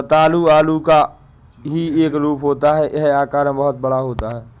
रतालू आलू का ही एक रूप होता है यह आकार में बहुत बड़ा होता है